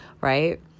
right